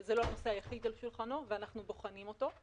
זה לא הנושא היחיד על שולחנו ואנחנו בוחנים אותו.